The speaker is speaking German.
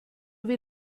wie